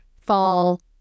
fall